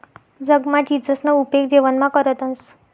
जगमा चीचसना उपेग जेवणमा करतंस